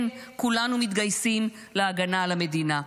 כן, כולנו מתגייסים להגנה על המדינה,